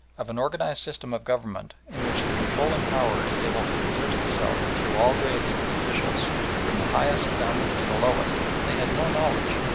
of an organised system of government, in which the controlling power is able to exert itself through all grades of its officials from the highest downwards to the lowest, they had no knowledge,